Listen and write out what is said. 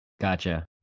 Gotcha